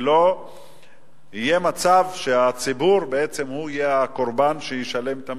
שלא יהיה מצב שהציבור בעצם יהיה הקורבן שישלם את המחיר,